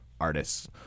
artists